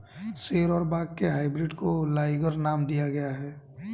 शेर और बाघ के हाइब्रिड को लाइगर नाम दिया गया है